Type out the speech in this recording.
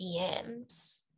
DMs